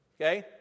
okay